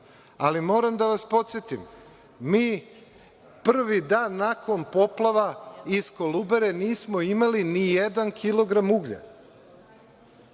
ali moram da vas podsetim, mi prvi dan nakon poplava iz Kolubare nismo imali ni jedan kilogram uglja.